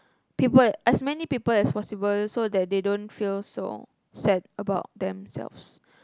people as many people as possible so that they don't feel so sad about themselves